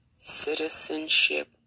citizenship